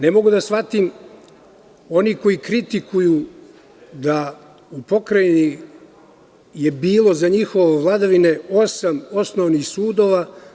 Ne mogu da shvatim one koji kritikuju da je u Pokrajini bili za njihove vladavine osam osnovnih sudova.